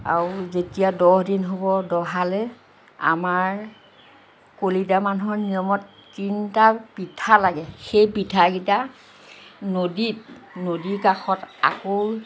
আৰু যেতিয়া দহদিন হ'ব দহালৈ আমাৰ কলিতা মানুহৰ নিয়মত তিনিটা পিঠা লাগে সেই পিঠাকেইটা নদীত নদী কাষত আকৌ